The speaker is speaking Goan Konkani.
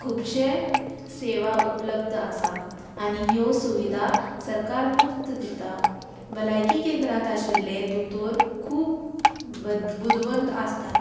खुबशे सेवा उपलब्ध आसा आनी ह्यो सुविधा सरकार मुफ्त दिता भलायकी केंद्रांत आशिल्ले दोतोर खूब बुदवंत आसतात